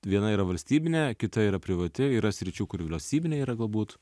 viena yra valstybinė kita yra privati yra sričių kur vyriausybinė yra galbūt